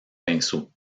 pinceau